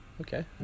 Okay